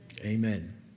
Amen